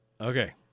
Okay